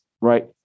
right